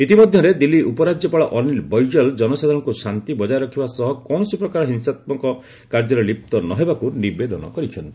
ଇତିମଧ୍ୟରେ ଦିଲ୍ଲୀ ଉପରାଜ୍ୟପାଳ ଅନୀଲ ବୈଜଲ ଜନସାଧାରଣଙ୍କୁ ଶାନ୍ତି ବଜାୟ ରଖିବା ସହ କୌଣସି ପ୍ରକାର ହିଂସାପୂର୍ଣ୍ଣ କାର୍ଯ୍ୟରେ ଲିପ୍ତ ନ ହେବାକୁ ନିବେଦନ କରିଛନ୍ତି